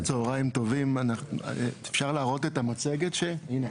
את המצגת שהכנתי?